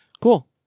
Cool